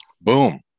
Boom